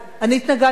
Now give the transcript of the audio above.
אני התנגדתי.